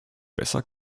besser